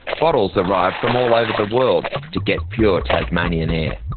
bottles arrive from all over the world to get pure tasmanian air.